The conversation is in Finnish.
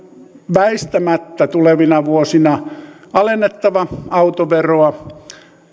väistämättä tulevina vuosina alennettava autoveroa